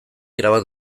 erabat